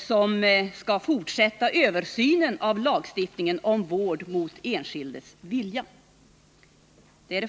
som skall fortsätta översynen av lagstiftningen om vård mot den enskildes vilja.